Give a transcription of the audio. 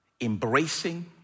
embracing